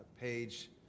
page